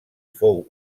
fou